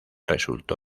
resultó